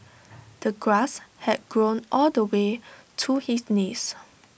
the grass had grown all the way to his knees